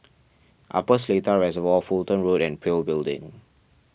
Upper Seletar Reservoir Fulton Road and Pil Building